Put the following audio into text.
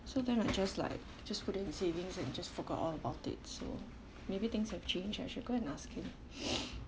so then I just like just put in savings and just forgot all about it so maybe things have changed I should go and ask him